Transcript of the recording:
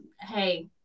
hey